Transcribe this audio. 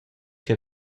che